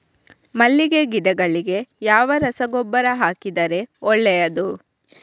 ಮಲ್ಲಿಗೆ ಗಿಡಗಳಿಗೆ ಯಾವ ರಸಗೊಬ್ಬರ ಹಾಕಿದರೆ ಒಳ್ಳೆಯದು?